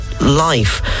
life